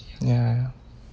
ya